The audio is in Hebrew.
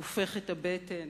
הופך את הבטן,